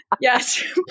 Yes